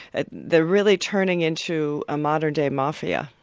ah they're really turning into a modern-day mafia.